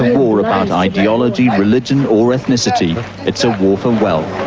war about ideology, religion or ethnicity it's a war for wealth